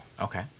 Okay